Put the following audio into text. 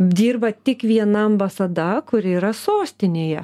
dirba tik viena ambasada kuri yra sostinėje